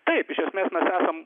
taip iš esmės esam